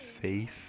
faith